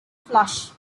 flush